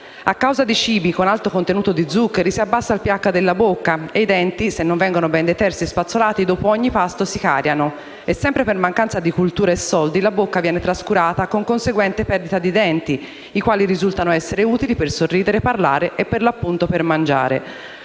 A causa di cibi con alto contenuto di zuccheri si abbassa il PH della bocca e i denti, se non vengono ben detersi e spazzolati dopo ogni pasto, si cariano. Sempre per mancanza di cultura e soldi, la bocca viene trascurata, con conseguente perdita di denti, i quali risultano essere utili per sorridere, per parlare e, ovviamente, per mangiare.